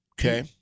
Okay